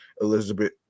Elizabeth